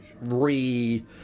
re